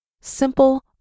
Simple